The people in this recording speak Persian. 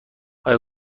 آیا